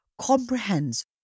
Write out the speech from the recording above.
comprehends